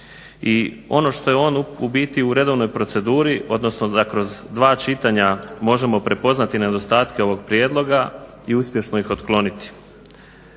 I ono što je on u biti u redovnoj proceduri, odnosno da kroz dva čitanja možemo prepoznati nedostatke ovog prijedloga i uspješno ih otkloniti.